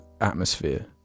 atmosphere